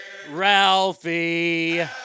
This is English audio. Ralphie